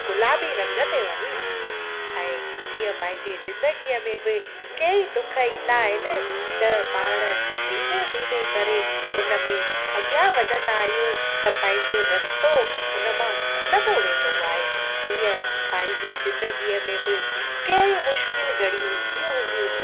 गुलाबी रंग ते वञी बीहे ऐं जीअं पंहिंजे ज़िंदगीअ में बि कईं दुख ईंदा आहिनि त पाण धीमे धीमे करे उन में अॻियां वधंदा आहियूं त पंहिंजो रस्तो उन मां खुलंदो वेंदो आहे ईअं पंहिंजी ज़िंदगीअ में बि कईं मुश्किल घड़ियूं ईंदियूं हूंदियूं